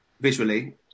visually